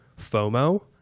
fomo